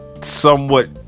somewhat